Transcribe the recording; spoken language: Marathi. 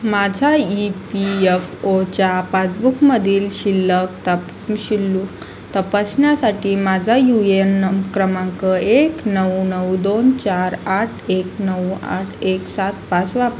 माझ्या ई पी एफ ओच्या पासबुकमधील शिल्लक तपासण्यासाठी माझा यू ए एन क्रमांक एक नऊ नऊ दोन चार आठ एक नऊ आठ एक सात पाच वापरा